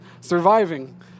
surviving